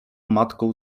matką